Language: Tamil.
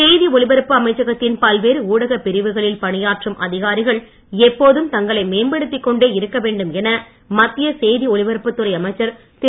செய்தி ஒலிபரப்பு அமைச்சகத்தின் பல்வேறு ஊடக பிரிவுகளில் பணியாற்றும் அதிகாரிகள் எப்போதும் தங்களை மேம்படுத்திக் கொண்டே இருக்க வேண்டும் என மத்திய செய்தி ஒலிபரப்பு துறை அமைச்சர் திரு